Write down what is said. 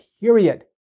Period